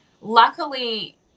Luckily